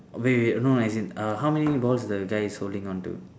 wait wait no as in uh how many balls the guy is holding onto